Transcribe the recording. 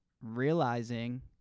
realizing